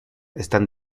están